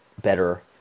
better